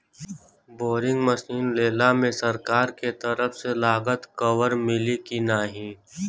Boring machine लेला मे सरकार के तरफ से लागत कवर मिली की नाही?